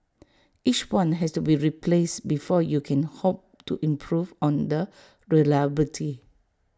each one has to be replaced before you can hope to improve on the reliability